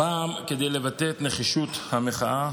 פעם כדי לבטא את נחישות המחאה